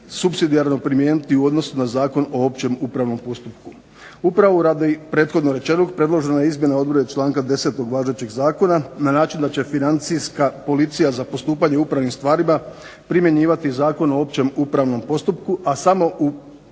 supsidijarno primijeniti u odnosu na Zakon o općem upravnom postupku. Upravo radi prethodno rečenog predložene izmjene odredbe članka 10. važećeg zakona na način da će Financijska policija za postupanje u upravnim stvarima primjenjivati Zakon o općem upravnom postupku, a samo